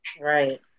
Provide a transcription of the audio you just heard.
Right